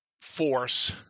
force